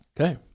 Okay